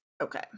okay